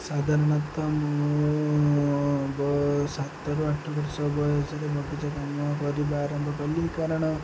ସାଧାରଣତଃ ମୁଁ ବ ସାତରୁ ଆଠ ବର୍ଷ ବୟସରେ ବଗିଚା କାମ କରିବା ଆରମ୍ଭ କଲି କାରଣ